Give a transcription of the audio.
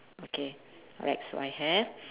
okay alright so I have